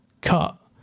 cut